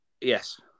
Yes